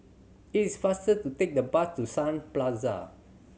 it is faster to take the bus to Sun Plaza